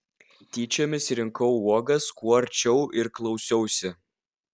tyčiomis rinkau uogas kuo arčiau ir klausiausi